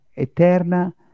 eterna